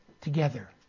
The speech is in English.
together